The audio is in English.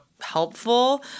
helpful